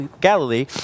Galilee